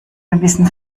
gewissen